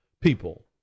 people